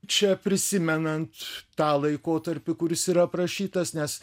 čia prisimenant tą laikotarpį kuris yra aprašytas nes